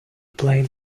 played